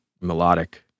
melodic